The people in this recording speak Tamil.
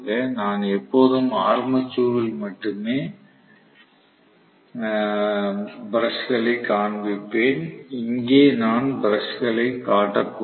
நான் எப்போதும் ஆர்மேச்சரில் மட்டுமே பிரஷ் களை காண்பிப்பேன் இங்கே நான் பிரஷ் களை காட்டக்கூடாது